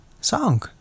song